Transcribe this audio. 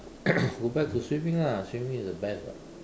go back to swimming lah swimming is the best [what]